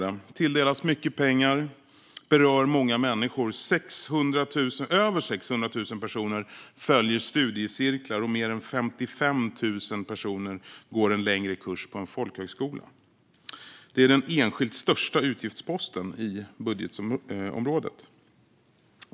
Det tilldelas mycket pengar och berör många människor - över 600 000 personer följer studiecirklar, och mer än 55 000 personer går en längre kurs på en folkhögskola. Det är den enskilt största utgiftsposten i budgeten.